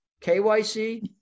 KYC